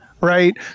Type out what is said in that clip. Right